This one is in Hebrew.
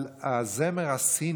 על הזמר הסיני,